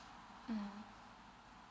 mmhmm